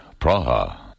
Praha. (